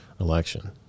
election